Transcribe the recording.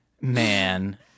man